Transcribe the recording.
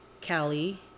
Cali